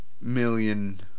million